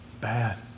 bad